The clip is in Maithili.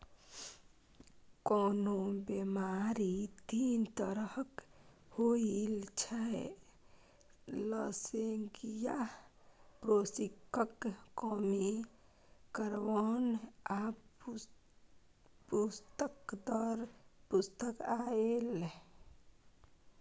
कोनो बेमारी तीन तरहक होइत छै लसेंगियाह, पौष्टिकक कमी कारणेँ आ पुस्त दर पुस्त आएल